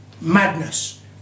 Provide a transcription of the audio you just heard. Madness